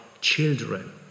children